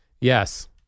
Yes